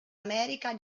america